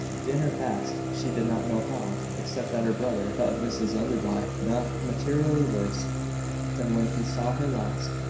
dinner passed, she did not know how, except that her brother thought mrs enderby not materially worse than when he saw her last.